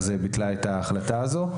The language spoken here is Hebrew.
ביטלה אז את ההחלטה הזו.